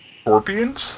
Scorpions